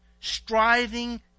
striving